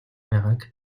байгааг